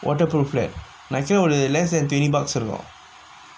waterproof flat நா நெனைக்குர:naa nenaikkurae less than twenty bucks இருக்கோ:irukko